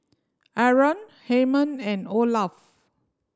Arron Hymen and Olaf